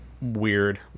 weird